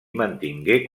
mantingué